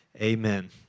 Amen